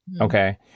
Okay